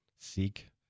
seek